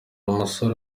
umusore